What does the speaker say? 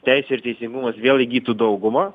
teisė ir teisingumas vėl įgytų daugumą